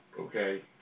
okay